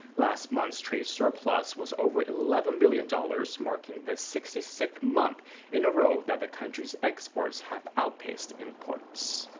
last month's trade surplus was over eleven billion dollars. marking the sixty-sixth month in a row that the country's exports have outpaced imports.